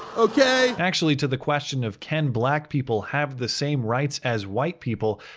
okay? actually, to the question of can black people have the same rights as white people?